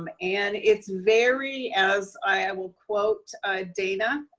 um and it's very as i will quote dana,